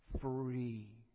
free